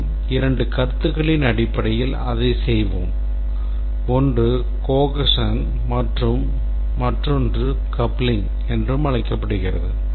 மேலும் இரண்டு கருத்துகளின் அடிப்படையில் அதைச் செய்வோம் ஒன்று cohesion என்றும் மற்றொன்று coupling என்றும் அழைக்கப்படுகிறது